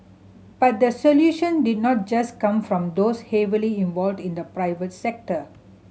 but the solution did not just come from those heavily involved in the private sector